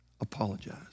apologize